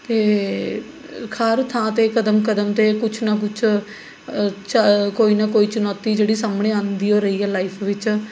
ਅਤੇ ਹਰ ਥਾਂ 'ਤੇ ਕਦਮ ਕਦਮ 'ਤੇ ਕੁੱਛ ਨਾ ਕੁੱਛ 'ਚ ਕੋਈ ਨਾ ਕੋਈ ਚੁਣੌਤੀ ਜਿਹੜੀ ਸਾਹਮਣੇ ਆਉਂਦੀ ਓ ਰਹੀ ਹੈ ਲਾਈਫ਼ ਵਿੱਚ